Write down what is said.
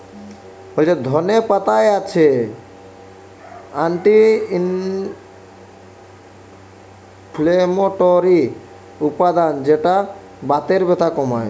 ধনে পাতায় আছে অ্যান্টি ইনফ্লেমেটরি উপাদান যৌটা বাতের ব্যথা কমায়